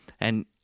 And-